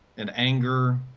and anger,